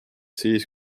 siis